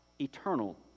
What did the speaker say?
eternal